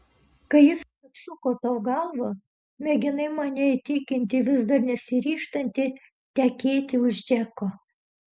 kai jis apsuko tau galvą mėginai mane įtikinti vis dar nesiryžtanti tekėti už džeko